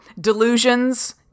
delusions